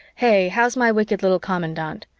hey, how's my wicked little commandant?